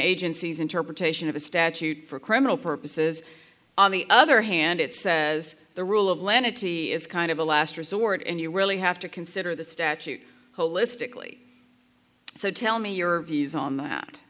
agency's interpretation of a statute for criminal purposes on the other hand it says the rule of lenity is kind of a last resort and you really have to consider the statute holistically so tell me your views on that